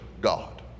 God